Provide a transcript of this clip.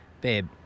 Babe